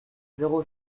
zéro